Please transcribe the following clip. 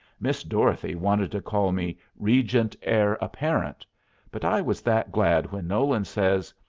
miss dorothy wanted to call me regent heir apparent but i was that glad when nolan says,